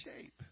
shape